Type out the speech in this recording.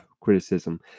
criticism